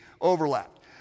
overlapped